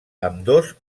ambdós